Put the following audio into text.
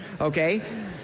okay